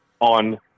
on